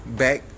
back